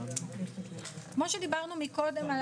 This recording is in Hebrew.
כמו שדיברנו מקודם,